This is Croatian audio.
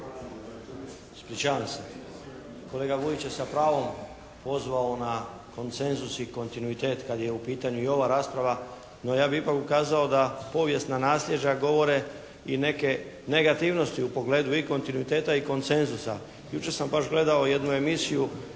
Ispričavam se, kolega Vujić je sa pravom pozvao na konsenzus i kontinuitet kad je u pitanju i ova rasprava no ja bih ipak ukazao da povijesna nasljeđa govore i neke negativnosti u pogledu i kontinuiteta i koncenzusa. Jučer sam baš gledao jednu emisiju